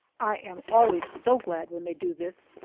i am always so glad when they do this,